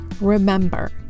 Remember